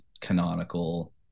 canonical